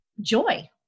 joy